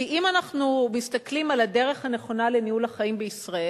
כי אם אנחנו מסתכלים על הדרך הנכונה לניהול החיים בישראל,